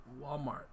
Walmart